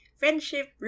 friendship